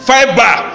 Fiber